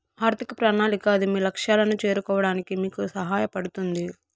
ఆర్థిక ప్రణాళిక అది మీ లక్ష్యాలను చేరుకోవడానికి మీకు సహాయపడుతుంది